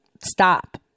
Stop